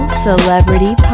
Celebrity